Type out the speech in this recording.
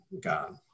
God